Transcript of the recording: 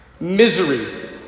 misery